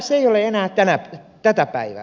se ei ole enää tätä päivää